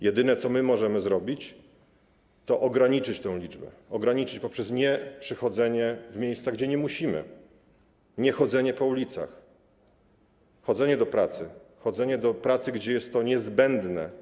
Jedyne, co my możemy zrobić, to ograniczyć tę liczbę, ograniczyć poprzez nieprzychodzenie w miejsca, gdzie nie musimy przychodzić, niechodzenie po ulicach, chodzenie do pracy, gdzie jest to niezbędne.